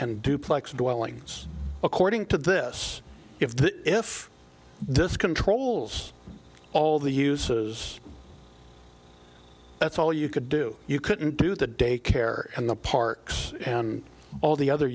and duplex dwellings according to this if the if this controls all the uses that's all you could do you couldn't do the daycare and the parks and all the other